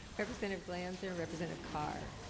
represent of glands their representative car